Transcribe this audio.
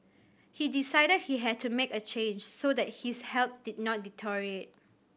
he decided he had to make a change so that his health did not deteriorate